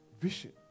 Vision